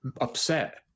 upset